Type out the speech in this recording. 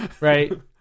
Right